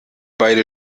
beide